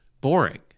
boring